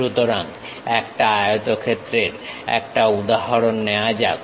সুতরাং একটা আয়তক্ষেত্রের একটা উদাহরণ নেওয়া যাক